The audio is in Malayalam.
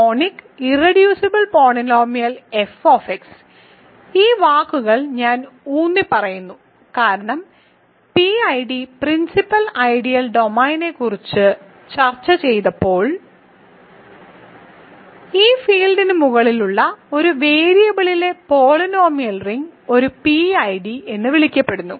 monic irreducible polynomial f Monic irreducible polynomial f ഈ വാക്കുകൾ ഞാൻ ഊന്നിപ്പറയുന്നു കാരണം പിഐഡി പ്രിൻസിപ്പൽ ഐഡിയൽ ഡൊമെയ്നിനെക്കുറിച്ച് ചർച്ച ചെയ്തപ്പോൾ ഒരു ഫീൽഡിന് മുകളിലുള്ള ഒരു വേരിയബിളിലെ പോളിനോമിയൽ റിംഗ് ഒരു പിഐഡി എന്ന് വിളിക്കപ്പെടുന്നു